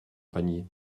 panier